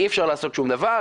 אי אפשר לעשות שום דבר,